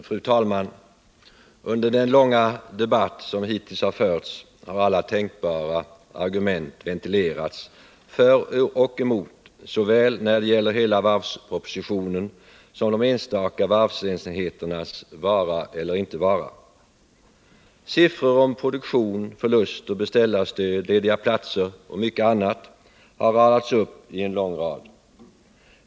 Fru talman! Under den långa debatt som hittills har förts har alla tänkbara argument ventilerats för och emot när det gäller såväl hela varvspropositionen som de enstaka varvsenheternas vara eller icke vara. Siffror om produktion, förluster, beställarstöd, lediga platser och mycket annat har räknats upp i en lång rad.